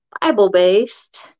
Bible-based